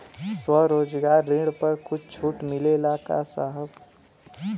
स्वरोजगार ऋण पर कुछ छूट मिलेला का साहब?